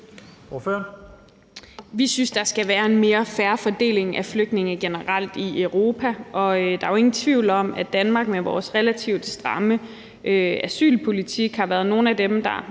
Vi synes, at der skal være en mere fair fordeling af flygtninge generelt i Europa, og der er jo ingen tvivl om, at vi i Danmark med vores relativt stramme asylpolitik har været nogle af dem, der